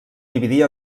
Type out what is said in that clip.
dividir